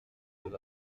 des